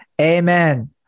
Amen